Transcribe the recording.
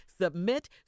Submit